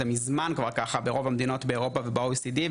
זה מזמן כבר ככה ברוב המדינות באירופה וב- OECD,